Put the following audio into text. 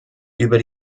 über